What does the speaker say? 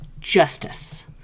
justice